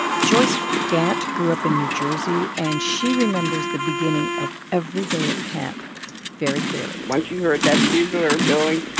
joyce gant grew up in new jersey, and she remembers the beginning of every day at camp very clearly once you heard that bugler going,